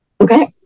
Okay